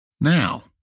Now